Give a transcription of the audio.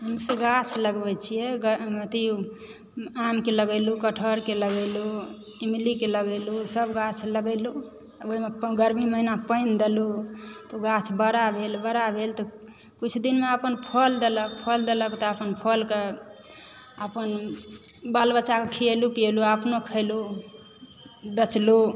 हमसभ गाछ लगबैत छियै अथी आमकेँ लगैलहुँ कठहरकेँ लगैलहुँ इमलीकेँ लगैलहुँ सभ गाछ लगैलहुँ ओहिमे गर्मी महीनामे पानि देलुँ तऽ ओ गाछ बड़ा भेल बड़ा भेल तऽ किछु दिनमे अपन फल देलक फल देलक तऽ अपन फलकऽ अपन बाल बच्चाके खियेलु पियेलु आ अपनो खेलु बेचलु